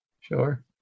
Sure